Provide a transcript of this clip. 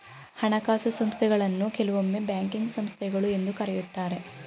ಹಣಕಾಸು ಸಂಸ್ಥೆಗಳನ್ನು ಕೆಲವೊಮ್ಮೆ ಬ್ಯಾಂಕಿಂಗ್ ಸಂಸ್ಥೆಗಳು ಎಂದು ಕರೆಯುತ್ತಾರೆ